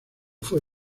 fue